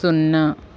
సున్నా